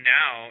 now